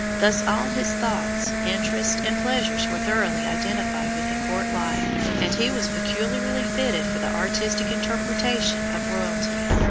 thus all his thoughts, interests, and pleasures were thoroughly identified with the court life, and he was peculiarly fitted for the artistic interpretation of royalty.